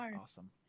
awesome